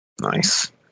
nice